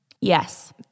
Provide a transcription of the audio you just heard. Yes